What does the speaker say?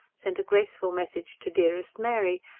sent a graceful message to dearest mary,